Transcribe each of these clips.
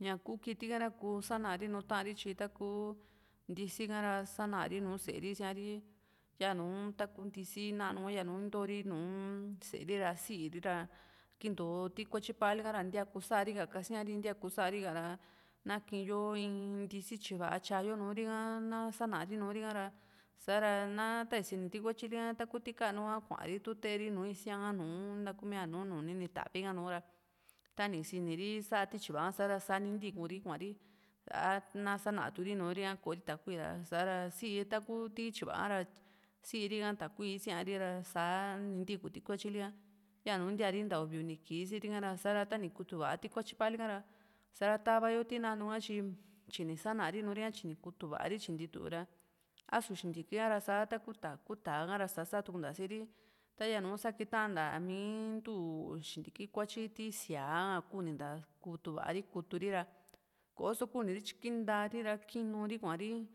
ña ku kiti ka ra kuu sanari nùù taari tyi taku ntisi ka ra sanari nu sée ri isíari yanu taku ntisi nanu yanu intori nùù sée ri ra sii ri ra kintó tu kuatyi pali ka ra ntíaa kusa ri ka kasíari ka ntía kusari ka ra na kii yo in ntisi tyiva tya´yo nùù rika na sána ri nùù ri ka ra sa´ra na ta isini ti kuatyili ka ta´ku ti kanu ka kua´ri tute ri nùù ísiaa nùù nta kumía nu nuni ni ta´vi ka nu ra tani siniri sá ti tyiva ka ra sáni ntikuri kuari a ná sana tuuri nuuri ha koo ri takui ra sa´ra si taku ti tyiva´a ra siiri ka takui isía´ri ra saa ntiku ti kuatyili ka yanu intiari nta uvi uni kii sii´ri ka sa´ra tani kutuva ti kuatyi palika ra sa´ra tava yo ti nanu ka tyi tyíni sána ri Nuri ka tyi ni kutuva´ri tyi ntitu ra asu xintika ha ra sá taku tá ku tá´a kara sa satukunta síri ta yanu sakitanta mii ntú xintiki kuatyi ti siáa kuninta kutu va´a ri kutu ri ra ko´so kunityi ki ntaa ri ra kii nuu ri kua´ri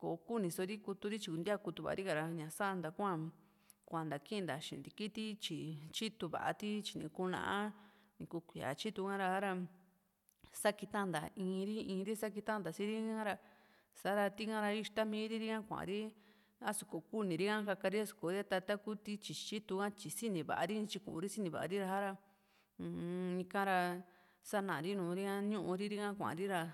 kókuni so ri kuturi tyi ntíaa kutuva ri ka ña sa´nta hua kuanta kii nta xintiki ti tyi tyítu va´a ti tyi nni kuuna iku kuíaa tyitu ka ra sakita nta iiri iiri sakitanta si´ri ka ra sa´ra tika ra ixtá miriri ha kua´ri a´su kokuni ra ka kaka ri a´su ta taku ti tyi tyítu ha tyi sini va´a ri ntyi Kuri sini va´a ri ra sa´ra uu-m ika ra sa´na ri nuuri ka ñu´riri ka kua´ri ra